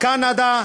קנדה,